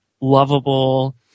lovable